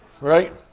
Right